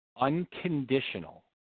unconditional